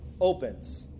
opens